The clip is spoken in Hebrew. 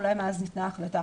אולי מאז ניתנה החלטה.